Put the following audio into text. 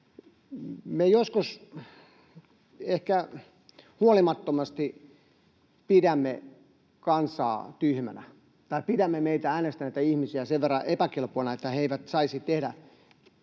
Me joskus ehkä huolimattomasti pidämme kansaa tyhmänä tai pidämme meitä äänestäneitä ihmisiä sen verran epäkelpoina, että he eivät saisi osoittaa